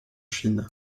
chine